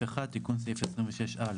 בסעיף 26א,